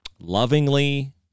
lovingly